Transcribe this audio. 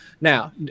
Now